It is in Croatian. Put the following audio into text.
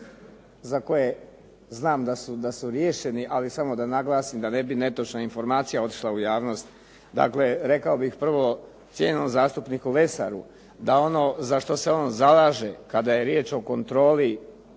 za koje znam da su riješeni ali samo da naglasim da bi netočna informacija otišla u javnost. Dakle, rekao bih prvo cijenjenom zastupniku Lesaru da ono za što se on zalaže kada je riječ o kontroli